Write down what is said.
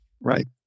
Right